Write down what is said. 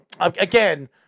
again